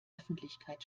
öffentlichkeit